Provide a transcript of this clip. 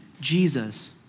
Jesus